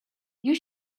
you